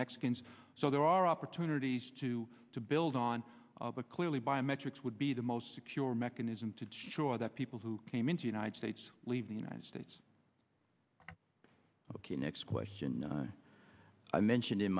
mexicans so there are opportunities to to build on a clearly biometrics would be the most secure mechanism to choice that people who came into united states leave the united states ok next question i mentioned in